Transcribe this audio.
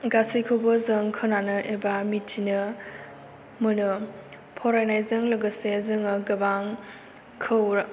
गासिखौबो जों खोनानो एबा मिथिनो मोनो फरायनायजों लोगोसे जोङो गोबां खौरां